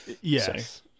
yes